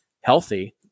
healthy